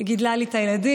היא גידלה לי את הילדים,